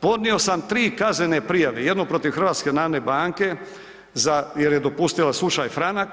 Podnio sam tri kaznene prijave, jednu protiv HNB-a jer je dopustila slučaj Franak,